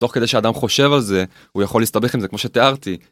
תוך כדי שאדם חושב על זה, הוא יכול להסתבך עם זה כמו שתיארתי.